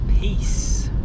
Peace